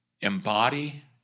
embody